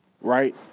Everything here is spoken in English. right